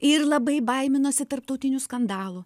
ir labai baiminosi tarptautinių skandalų